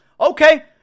Okay